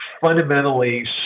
fundamentally